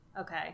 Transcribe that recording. Okay